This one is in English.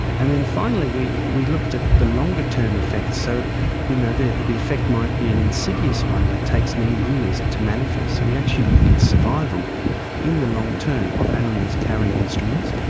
and then finally we we looked at the longer term effects. so you know the the effect might be an insidious one that takes many years to manifest, so we actually looked at survival in the long term of animals carrying instruments,